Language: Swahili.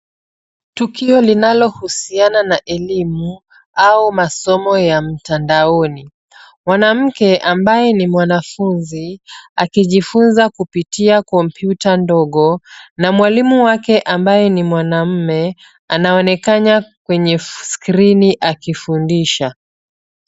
Tukio linalohusiana na elimu, au masomo ya mtandaoni. Mwanamke ambaye ni mwanafunzi, akijifunza kupitia kompyuta ndogo na mwalimu wake ambaye ni mwanamume anaonekana kwenye skrini akifundisha.